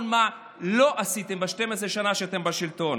זה דבר אחד.